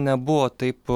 nebuvo taip